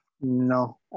No